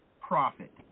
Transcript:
profit